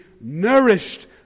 nourished